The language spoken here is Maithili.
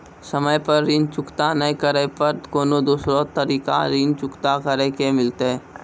समय पर ऋण चुकता नै करे पर कोनो दूसरा तरीका ऋण चुकता करे के मिलतै?